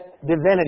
divinity